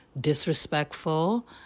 disrespectful